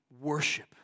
worship